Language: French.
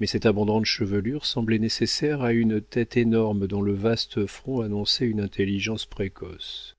mais cette abondante chevelure semblait nécessaire à une tête énorme dont le vaste front annonçait une intelligence précoce